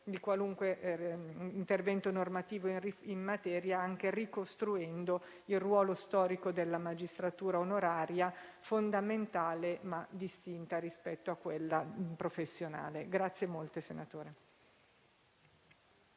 di qualunque intervento normativo in materia, anche ricostruendo il ruolo storico della magistratura onoraria fondamentale, ma distinta rispetto a quella professionale. PRESIDENTE.